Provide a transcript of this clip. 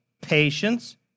patience